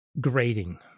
grading